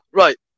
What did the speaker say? right